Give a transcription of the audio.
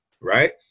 Right